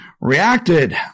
reacted